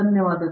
ಧನ್ಯವಾದ